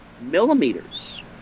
millimeters